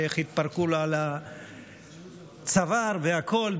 ואיך התפרקו לו על הצוואר והכול,